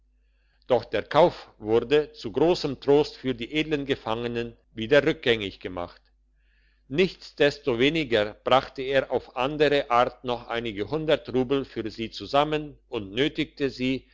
doch der kauf wurde zu grossem trost für die edeln gefangenen wieder rückgängig gemacht nichtsdestoweniger brachte er auf andere art noch einige hundert rubel für sie zusammen und nötigte sie